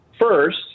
First